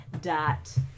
dot